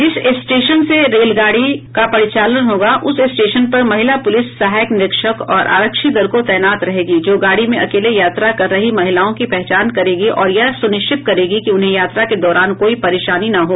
जिस स्टेशन से रेलगाड़ी का परिचालन शुरू हो उस स्टेशन पर महिला पुलिस सहायक निरीक्षक और आरक्षी दल को तैनात रहेगी जो गाड़ी में अकेले यात्रा कर रही महिलाओं की पहचान करेगी और यह सुनिश्चित करेगी कि उन्हें यात्रा के दौरान कोई परेशानी न हो